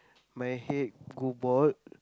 my head go bald